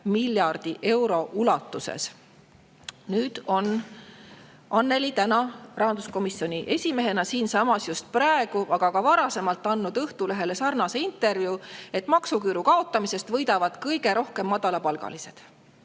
Nüüd on Annely rahanduskomisjoni esimehena siinsamas just praegu, aga ka varasemalt Õhtulehele antud intervjuus [öelnud], et maksuküüru kaotamisest võidavad kõige rohkem madalapalgalised.